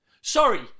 Sorry